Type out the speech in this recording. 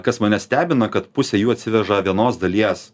kas mane stebina kad pusė jų atsiveža vienos dalies